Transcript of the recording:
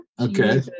Okay